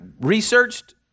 researched